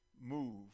move